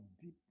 deep